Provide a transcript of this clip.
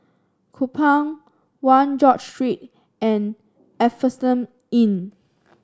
Kupang One George Street and Asphodel Inn